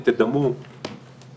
אם תדמו משהו,